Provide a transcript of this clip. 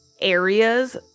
areas